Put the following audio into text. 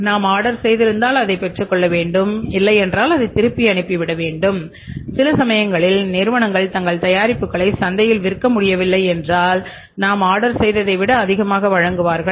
நாம் ஆர்டர் செய்திருந்தால் அதைப் பெற்றுக்கொள்ள வேண்டும் இல்லையென்றால் அதை திருப்பி அனுப்பிவிட வேண்டும் சில சமயங்களில் நிறுவனங்கள் தங்கள் தயாரிப்புகளை சந்தையில் விற்க முடியவில்லை என்றால் நாம் ஆர்டர் செய்ததை விட அதிகமாக வழங்குவார்கள்